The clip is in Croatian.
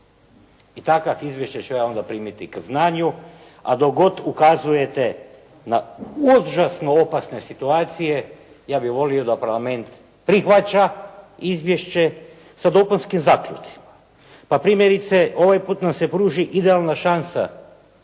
I takav izvještaj ću ja onda primiti k znanju, a dok god ukazujete na užasno opasne situacije ja bih volio da Parlament prihvaća izvješće sa dopunskim zaključcima. Pa primjerice ovaj put nam se pruži idealna šansa